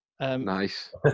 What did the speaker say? Nice